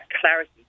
clarity